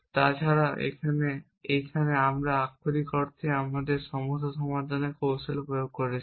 তা ছাড়া এখানে আমরা আক্ষরিক অর্থেই আমাদের সমস্যা সমাধানের কৌশল প্রয়োগ করছি